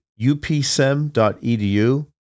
upsem.edu